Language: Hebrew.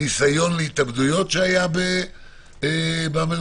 ניסיון להתאבדויות שהיו במלונות?